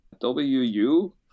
WU